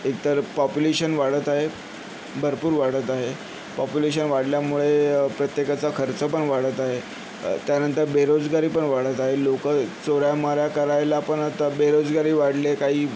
एकतर पॉप्युलेशन वाढत आहे भरपूर वाढत आहे पॉप्युलेशन वाढल्यामुळे प्रत्येकाचा खर्च पण वाढत आहे त्यानंतर बेरोजगारी पण वाढत आहे लोकं चोऱ्यामाऱ्या करायला पण आता बेरोजगारी वाढलीय काही